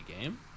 game